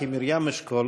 כי מרים אשכול,